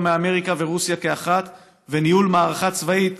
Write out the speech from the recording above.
מאמריקה ורוסיה כאחת וניהול מערכה צבאית,